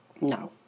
No